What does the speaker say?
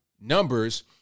numbers